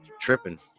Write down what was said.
tripping